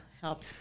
help